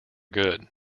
good